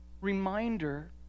reminder